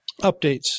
updates